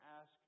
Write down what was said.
ask